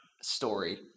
Story